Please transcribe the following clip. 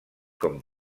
com